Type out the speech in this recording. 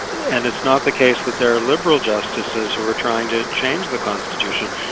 and it's not the case with their liberal justices who are trying to change the constitution.